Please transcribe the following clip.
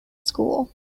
school